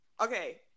Okay